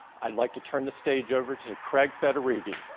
i like to turn this stage over to craig federighi.